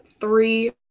three